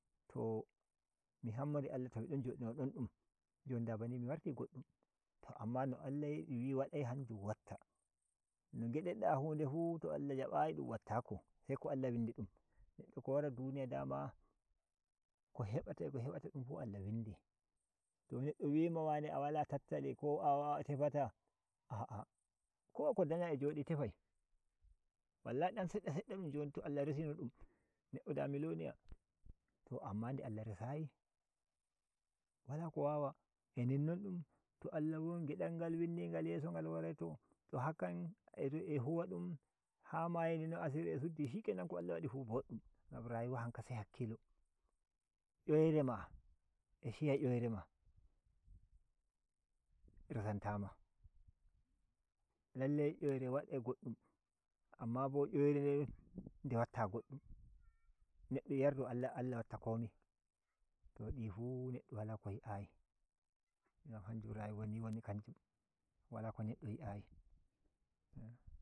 To mi hammori Allah to mi don jodi no don dum jon da bani mi warti goddum t amma no Allah wi wadai hanjum watta no ngidirda hu nde fu to Allah jabayi dum wattako se ko Allah windi dum neddo ko wara duniya duma ko hebata a ko hebata dum fu Allah windi to neddo wima wane a wala tattali ko wane a tefata a’a ko wa ko da ‘ya a jodi tefai wallahi dan sedda sedda dum jon to Allah resino dum neddo da miloniya to amma nde Allah resayi wala ko wa wa a ninnon dum to Allah won ge dal ngal windi ngal yeso ngal warai to a huwa dum a mayiri non asirimun a suddi slikenan ko Allah wadifu boddum ngam rayuwa hanka se hakkilo youre ma a shiy youre ma resantama lallai yure wadai goddum anma bo youre den de watta goddum neddo yardo Allah watta komi to di fu neddo wala ko yi ayi gan hanjum rayuwa ni woni hanjum wala ko neddo yi ayi.